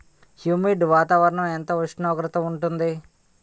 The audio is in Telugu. హ్యుమిడ్ వాతావరణం ఎంత ఉష్ణోగ్రత ఉంటుంది?